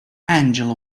angela